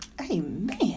Amen